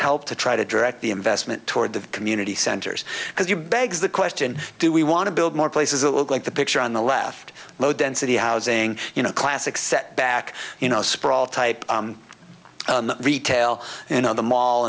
help to try to direct the investment toward the community centers because you begs the question do we want to build more places that look like the picture on the left low density housing you know a classic set back you know sprawl type retail and on the mall